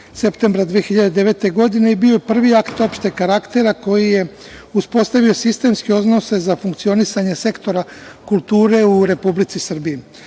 septembra 2009. godine i bio je prvi akt opšteg karaktera koji je uspostavio sistemske odnose za funkcionisanje sektora kulture u Republici Srbiji.